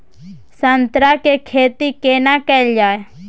संतरा के खेती केना कैल जाय?